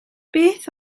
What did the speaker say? beth